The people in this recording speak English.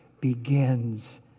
begins